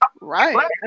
Right